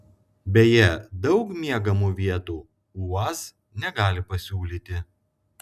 beje daug miegamų vietų uaz negali pasiūlyti